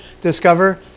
discover